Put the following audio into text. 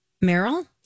Meryl